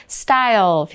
style